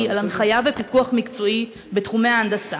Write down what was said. על הנחיה ופיקוח מקצועי בתחומי ההנדסה,